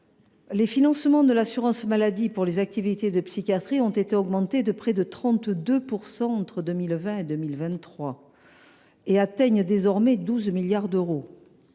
Les financements de l’assurance maladie pour les activités de psychiatrie ont augmenté de près de 32 % entre 2020 et 2023. Ils atteignent désormais 12 milliards d’euros